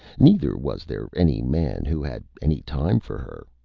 neither was there any man who had any time for her.